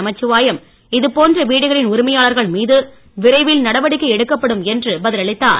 நமச்சிவாயம் இதுபோன்ற வீடுகளின் உரிமையாளர்கள் மீது விரைவில் நடவடிக்கை எடுக்கப்படும் என்று பதில் அளித்தார்